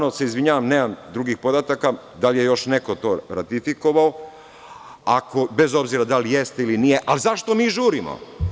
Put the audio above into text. Izvinjavam se, nemam drugih podataka da li je neko još to ratifikovao, bez obzira da li jeste ili nije, a zašto mi žurimo.